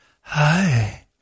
Hi